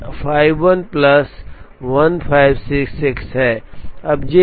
तो 51 प्लस 15 66 है